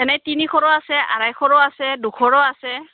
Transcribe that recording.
এনেই তিনিশৰো আছে আঢ়ৈশৰো আছে দুশৰো আছে